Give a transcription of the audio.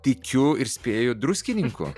tikiu ir spėju druskininkų